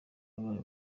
wabaye